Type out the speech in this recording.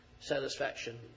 satisfaction